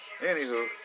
anywho